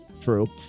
true